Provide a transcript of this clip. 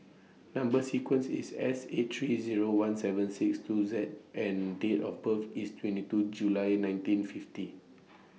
Number sequence IS S eight three Zero one seven six two Z and Date of birth IS twenty two July nineteen fifty